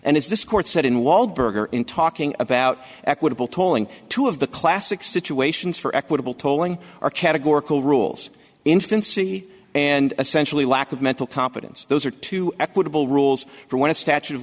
and if this court said in walberg or in talking about equitable tolling two of the classic situations for equitable tolling or categorical rules infancy and essentially lack of mental competence those are two equitable rules for when a statute of